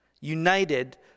united